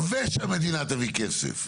ושהמדינה תביא כסף.